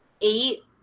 eight